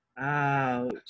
Ouch